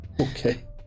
Okay